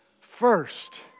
First